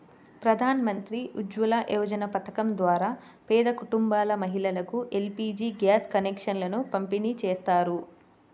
ప్రధాన్ మంత్రి ఉజ్వల యోజన పథకం ద్వారా పేద కుటుంబాల మహిళలకు ఎల్.పీ.జీ గ్యాస్ కనెక్షన్లను పంపిణీ చేస్తారు